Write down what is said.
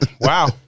Wow